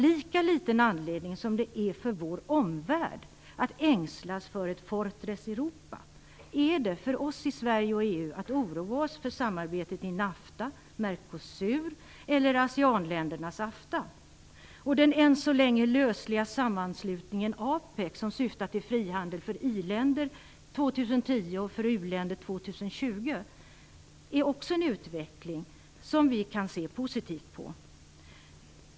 Lika liten anledning som det finns för vår omvärld att ängslas för ett Fortress Europa finns det för oss i Sverige och EU att oroa oss för samarbetet i NAFTA, Mercosur eller Aseanländernas AFTA. Den än så länge lösliga sammanslutningen APEC, som syftar till frihandel för i-länder år 2010 och för u-länder år 2020, är också en utveckling som vi kan se positivt på.